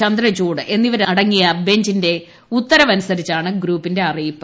ചന്ദ്രചൂഡ് എന്നിവരടങ്ങിയ ബഞ്ചിന്റെ ഉത്തരവനുസരിച്ചാണ് ഗ്രൂപ്പിന്റെ അറിയിപ്പ്